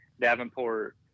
Davenport